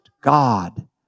God